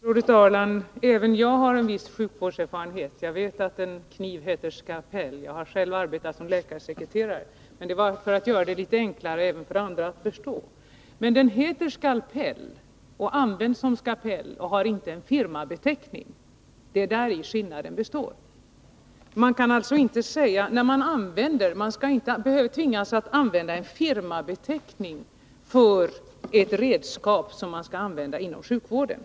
Herr talman! Även jag har en viss sjukvårdserfarenhet. Jag vet att en kniv heter skalpell. Jag har själv arbetat som läkarsekreterare. Jag använde ordet kniv för att göra det enklare även för andra att förstå. Men skalpellen används som skalpell — den har inte en firmabeteckning. Det är däri skillnaden består. Man skall inte tvingas använda en firmabeteckning för ett redskap som man skall använda inom sjukvården.